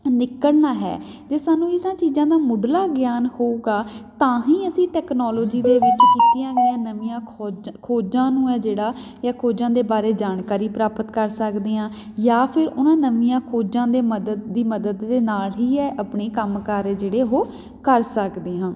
ਨਿਕਲਣਾ ਹੈ ਅਤੇ ਸਾਨੂੰ ਇਹਨਾਂ ਚੀਜ਼ਾਂ ਦਾ ਮੁੱਢਲਾ ਗਿਆਨ ਹੋਊਗਾ ਤਾਂ ਹੀ ਅਸੀਂ ਟੈਕਨੋਲੋਜੀ ਦੇ ਵਿੱਚ ਦਿੱਤੀਆਂ ਗਈਆਂ ਨਵੀਆਂ ਖੋਜਾਂ ਖੋਜਾਂ ਨੂੰ ਹੈ ਜਿਹੜਾ ਜਾਂ ਖੋਜਾਂ ਦੇ ਬਾਰੇ ਜਾਣਕਾਰੀ ਪ੍ਰਾਪਤ ਕਰ ਸਕਦੇ ਹਾਂ ਜਾਂ ਫਿਰ ਉਹਨਾਂ ਨਵੀਆਂ ਖੋਜਾਂ ਦੇ ਮਦਦ ਦੀ ਮਦਦ ਦੇ ਨਾਲ ਹੀ ਹੈ ਆਪਣੇ ਕੰਮ ਕਾਰ ਜਿਹੜੇ ਉਹ ਕਰ ਸਕਦੇ ਹਾਂ